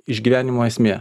išgyvenimo esmė